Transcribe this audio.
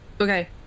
Okay